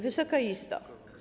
Wysoka Izbo!